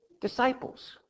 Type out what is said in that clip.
disciples